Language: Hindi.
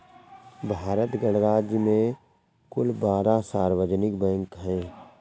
भारत गणराज्य में कुल बारह सार्वजनिक बैंक हैं